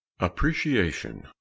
appreciation